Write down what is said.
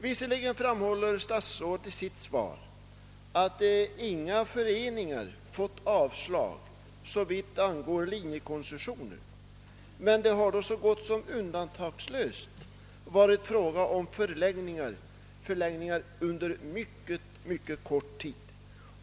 Visserligen framhåller statsrådet i sitt svar, att inga föreningar har fått avslag såvitt angår linjekoncessioner, men det har då så gott som undantagslöst varit fråga om förlängningar under synnerligen kort tid.